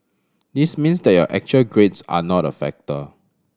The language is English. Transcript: this means that your actual grades are not a factor